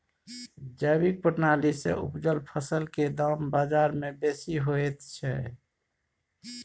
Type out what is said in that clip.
जैविक प्रणाली से उपजल फसल के दाम बाजार में बेसी होयत छै?